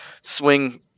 swing